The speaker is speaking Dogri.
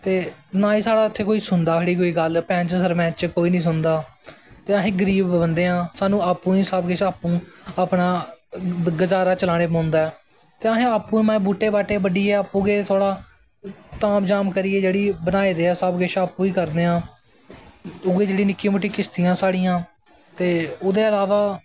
ते नां गै साढ़ी इत्थै कोई सुनदा साढ़ी गल्ल पैंच सरपैंच कोई निं सुनदा ते असीं गरीब बंदे आं सानूं आपूं गै सब कुछ आपूं अपना गज़ारा चलाने पौंदा ऐ ते असें आपूं माय बूह्टे बाह्टे बड्डियै आपूं गै थोह्ड़ा ताम ज़ाम करियै जेह्ड़ी बनाए दा ऐ सब किश आपूं गै करदे हां उ'ऐ जेह्ड़ी निक्की मुट्टी किश्तियां ऐं साढ़ियां ते ओह्दे अलावा